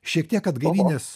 šiek tiek atgaivinęs